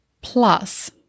Plus